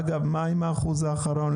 אגב מה עם האחוז האחרון?